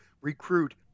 recruit